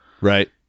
right